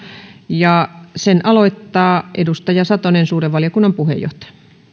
ja sen aloittaa edustaja satonen suuren valiokunnan puheenjohtaja